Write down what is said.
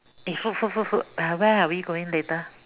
eh food food food food ah where are we going later